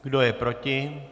Kdo je proti?